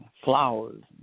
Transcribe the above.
flowers